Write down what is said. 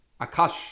akash